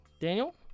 Daniel